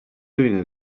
doing